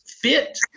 Fit